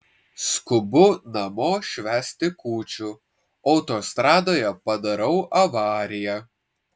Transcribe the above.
skubu namo švęsti kūčių autostradoje padarau avariją